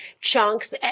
chunks